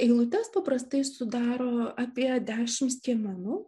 eilutes paprastai sudaro apie dešimt skiemenų